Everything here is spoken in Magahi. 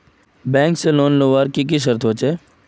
बैंक से लोन लुबार की की शर्त होचए?